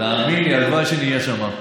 תאמין לי, הלוואי שנהיה שם.